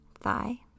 thigh